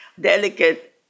delicate